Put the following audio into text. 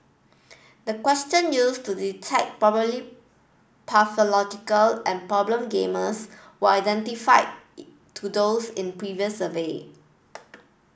the question used to detect probably pathological and problem gamers were identify to those in previous survey